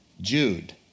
Jude